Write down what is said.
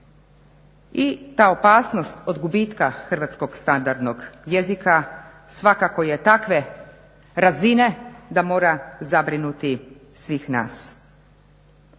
I ta opasnost od gubitka hrvatskog standardnog jezika svakako je takve razine da mora zabrinuti svih nas.